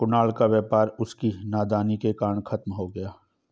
कुणाल का व्यापार उसकी नादानी के कारण खत्म हो गया